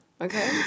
Okay